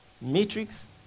matrix